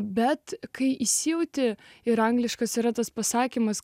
bet kai įsijauti ir angliškas yra tas pasakymas